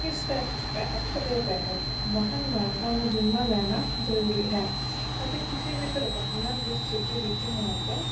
ਇਸ text act ਦੇ ਤਹਿਤ ਵਾਹਨ ਮਾਲਕਾਂ ਨੂੰ ਬੀਮਾਂ ਲੈਣਾ ਜ਼ਰੂਰੀ ਹੈ ਅਤੇ ਕਿਸੇ ਵੀ ਦੁਰਘਟਨਾ ਦੀ ਸਥਿਤੀ ਵਿੱਚ ਮੁਆਵਜ਼ਾ